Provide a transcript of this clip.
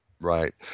Right